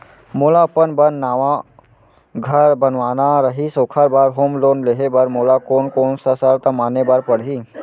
मोला अपन बर नवा घर बनवाना रहिस ओखर बर होम लोन लेहे बर मोला कोन कोन सा शर्त माने बर पड़ही?